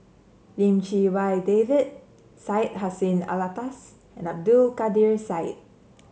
Lim Chee Wai David Syed Hussein Alatas and Abdul Kadir Syed